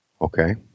Okay